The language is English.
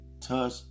touch